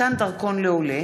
(מתן דרכון לעולה),